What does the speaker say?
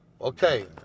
Okay